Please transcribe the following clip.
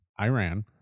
Iran